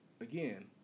again